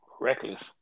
Reckless